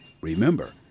Remember